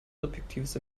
subjektives